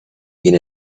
mean